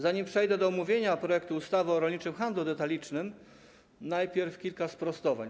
Zanim przejdę do omówienia projektu ustawy o rolniczym handlu detalicznym, najpierw kilka sprostowań.